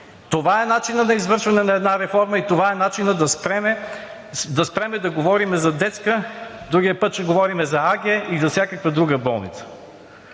Това е начинът на извършване на една реформа и това е начинът да спрем да говорим за детска болница – другият път ще говорим за АГ и за всякаква друга.